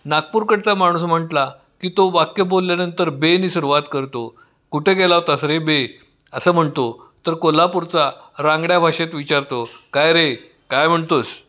नागपूरकडचा माणूस म्हटला की तो वाक्य बोलल्यानंतर बे नी सुरुवात करतो कुठे गेला होतास रे बे असं म्हणतो तर कोल्हापूरचा रांगड्या भाषेत विचारतो काय रे काय म्हणतोस